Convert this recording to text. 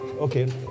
okay